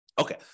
Okay